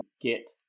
get